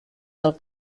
del